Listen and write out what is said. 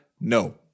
No